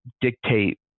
dictate